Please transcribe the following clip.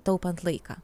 taupant laiką